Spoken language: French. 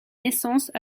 naissances